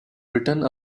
written